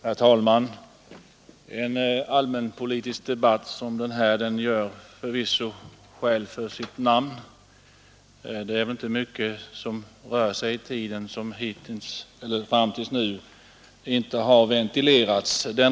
Herr talman! En allmänpolitisk debatt som den här gör förvisso skäl för sitt namn; det är väl inte mycket som rör sig i tiden som hittills inte har ventilerats.